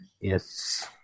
Yes